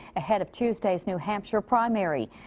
ahead of tuesday's new hampshire primary.